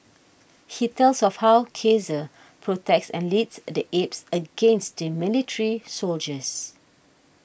he tells of how Caesar protects and leads the apes against the military soldiers